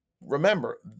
remember